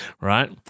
right